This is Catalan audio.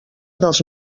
dels